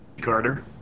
Carter